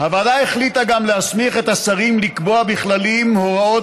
הוועדה החליטה גם להסמיך את השרים לקבוע בכללים הוראות